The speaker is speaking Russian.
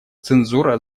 цензура